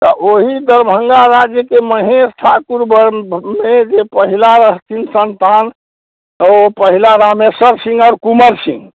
तऽ ओहि दरभङ्गा राज्यके महेश ठाकुर महेश जे पहिला रहथिन सन्तान तऽ ओ पहिला रामेशर सिंह आओर कुमर सिंह